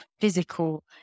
physical